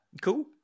cool